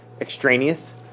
extraneous